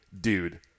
dude